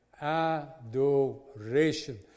adoration